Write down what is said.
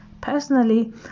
Personally